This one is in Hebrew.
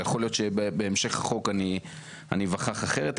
יכול להיות שבהמשך החוק אני איווכח אחרת,